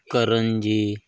करंजी